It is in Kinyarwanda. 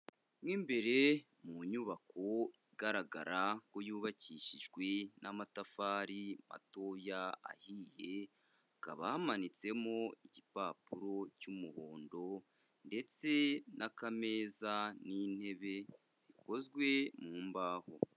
Mo imbere mu nyubako igaragara ko yubakishijwe n'amatafari matoya ahiye, hakaba hamanitsemo igipapuro cy'umuhondo ndetse n'akameza n'intebe zikozwe mu mbaho.